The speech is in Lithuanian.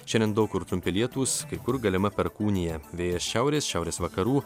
šiandien daug kur trumpi lietūs kai kur galima perkūnija vėjas šiaurės šiaurės vakarų